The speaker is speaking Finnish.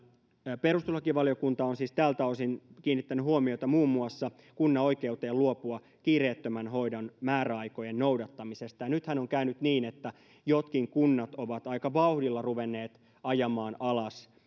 todetaan perustuslakivaliokunta on siis tältä osin kiinnittänyt huomiota muun muassa kunnan oikeuteen luopua kiireettömän hoidon määräaikojen noudattamisesta ja nythän on käynyt niin että jotkin kunnat ovat aika vauhdilla ruvenneet ajamaan alas